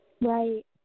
Right